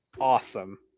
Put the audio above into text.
awesome